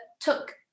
took